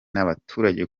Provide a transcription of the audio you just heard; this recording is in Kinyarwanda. n’abaturage